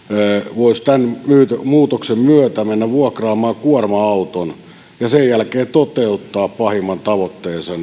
voisi tämän muutoksen myötä mennä vuokraamaan kuorma auton ja sen jälkeen toteuttaa pahimman tavoitteensa